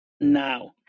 now